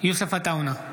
יוסף עטאונה,